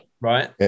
right